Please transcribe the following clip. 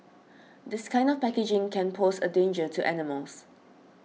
this kind of packaging can pose a danger to animals